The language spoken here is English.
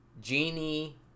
Genie